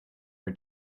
her